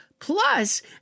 Plus